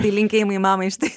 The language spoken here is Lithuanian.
tai linkėjimai mamai štai